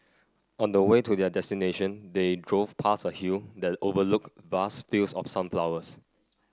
on the way to their destination they drove past a hill that overlooked vast fields of sunflowers